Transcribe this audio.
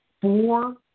four